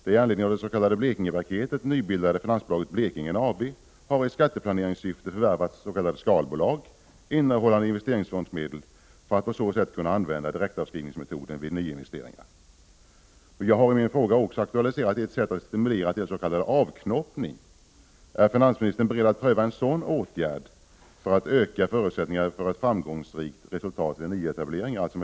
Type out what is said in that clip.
Det i anledning av det s.k. Blekingepaketet nybildade finansbolaget Blekingen AB har i skatteplaneringssyfte förvärvat s.k. skalbolag innehållande investeringsfondsmedel, för att på så sätt kunna tillämpa direktavskrivningsmetoden vid nyinvesteringar. Jag har i min fråga också aktualiserat ett sätt att stimulera till s.k. avknoppning. Är finansministern beredd att pröva en sådan åtgärd för att öka förutsättningarna för ett framgångsrikt resultat vid nyetableringar? En Prot.